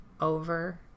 over